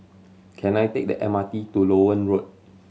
can I take the M R T to Loewen Road